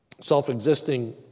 self-existing